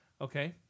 Okay